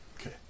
Okay